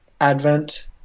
advent